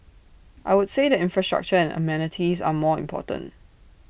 I would say the infrastructure and amenities are more important